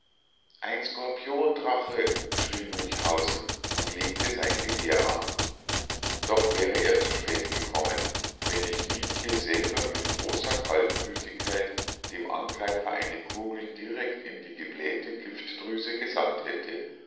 ein skorpiondrache schrie münchhausen und legte sein gewehr an doch wäre er zu spät gekommen wenn nicht mietje selber mit großer kaltblütigkeit dem angreifer eine kugel direkt in die geblähte giftdrüse gesandt hätte